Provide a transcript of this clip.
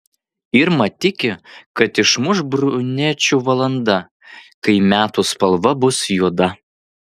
irma tiki kad išmuš brunečių valanda kai metų spalva bus juoda